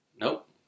Nope